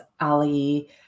Ali